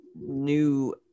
new